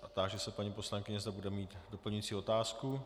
A táži se paní poslankyně, zda bude mít doplňující otázku.